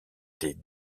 des